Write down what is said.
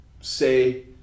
say